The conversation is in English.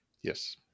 Yes